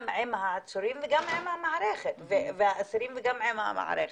גם עם העצורים והאסירים וגם עם המערכת.